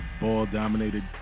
ball-dominated